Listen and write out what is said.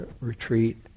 retreat